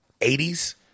80s